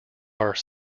are